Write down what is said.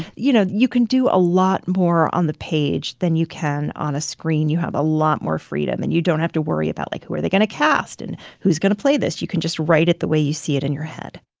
you know, you can do a lot more on the page than you can on a screen. you have a lot more freedom. and you don't have to worry about, like, who are they going to cast, and who's going to play this? you can just write it the way you see it in your head